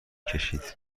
کشید